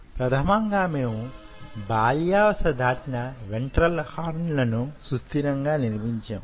ప్రథమంగా మేము బాల్యావస్థ దాటిన వెంట్రల్ హార్నలను సుస్థిరంగా నిర్మించాం